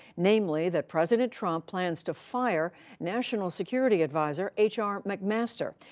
namely, that president trump plans to fire national security adviser h r. mcmaster.